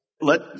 let